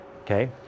okay